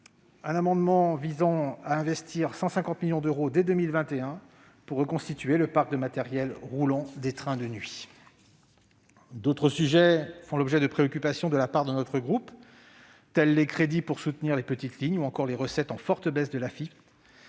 un amendement visant à investir 150 millions d'euros dès 2021 pour reconstituer le parc de matériel roulant des trains de nuit. D'autres sujets font l'objet de préoccupations de la part de notre groupe, tels les crédits pour soutenir les petites lignes ou encore les recettes en forte baisse de l'Afitf,